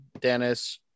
Dennis